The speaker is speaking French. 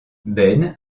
ben